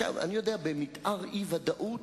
אז יבוא אחיו ויהרוג אותו,